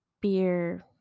beer